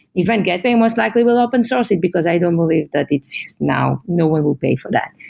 event gateway most likely will open source it, because i don't believe that it's now no one will pay for that.